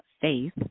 faith